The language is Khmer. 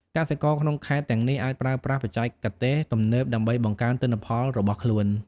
កសិករក្នុងខេត្តទាំងនេះអាចប្រើប្រាស់បច្ចេកទេសទំនើបដើម្បីបង្កើនទិន្នផលរបស់ខ្លួន។